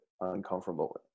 uncomfortable